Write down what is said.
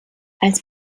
als